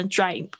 Drive